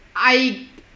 I